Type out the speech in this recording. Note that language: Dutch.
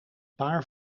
paar